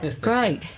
Great